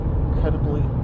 incredibly